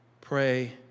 pray